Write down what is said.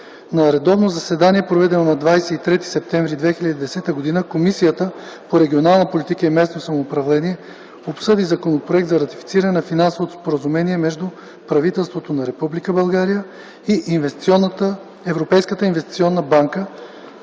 На редовно заседание, проведено на 23 септември 2010 г., Комисията по регионална политика и местно самоуправление обсъди Законопроект за ратифициране на Финансовото споразумение между правителството на Република България и Европейската инвестиционна банка,